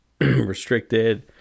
restricted